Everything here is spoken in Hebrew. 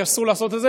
כי אסור לעשות את זה,